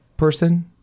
person